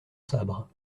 sabre